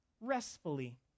restfully